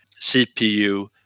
CPU